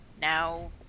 now